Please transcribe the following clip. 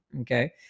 okay